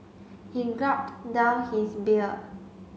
he gulped down his beer